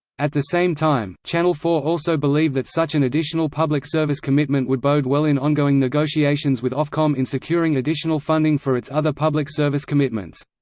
at the same time, channel four also believe that such an additional public service commitment would bode well in on-going negotiations with ofcom in securing additional funding for its other public service commitments.